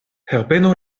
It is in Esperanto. herbeno